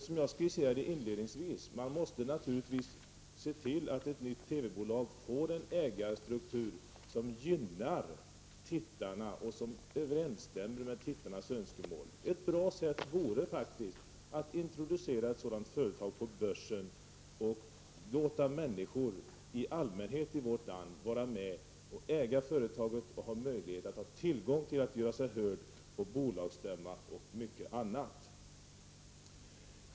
Som jag skisserade inledningsvis måste man naturligtvis se till att ett nytt TV-bolag får en ägarstruktur som gynnar tittarna och överensstämmer med deras önskemål. Ett bra sätt vore faktiskt att introducera ett sådant företag på börsen och låta människor i vårt land vara med och äga företaget samt ha möjlighet att göra sin stämma hörd på bolagsstämman och annorstädes.